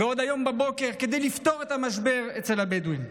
ועוד היום, כדי לפתור את המשבר אצל הבדואים.